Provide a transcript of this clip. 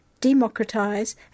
democratise